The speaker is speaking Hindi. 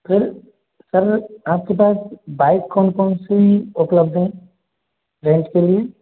फिर सर आपके पास बाइक कौन कौन सी उपलब्ध हैं रैंट के लिए